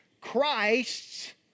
Christ's